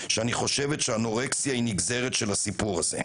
שאני חושבת שאנורקסיה היא נגזרת של הסיפור הזה.